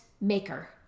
maker